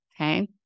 okay